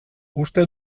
uste